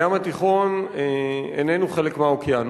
הים התיכון איננו חלק מהאוקיינוס,